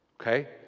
okay